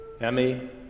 Emmy